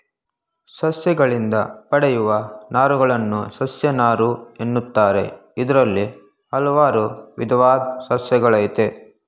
ಸಸ್ಯಗಳಿಂದ ಪಡೆಯುವ ನಾರುಗಳನ್ನು ಸಸ್ಯನಾರು ಎನ್ನುತ್ತಾರೆ ಇದ್ರಲ್ಲಿ ಹಲ್ವಾರು ವಿದವಾದ್ ಸಸ್ಯಗಳಯ್ತೆ